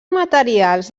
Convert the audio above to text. materials